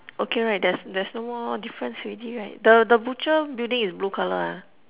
okay right there's there's no more difference already right the the butcher building is blue colour ah